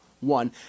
one